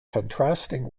contrasting